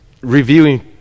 reviewing